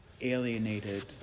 alienated